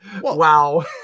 Wow